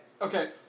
Okay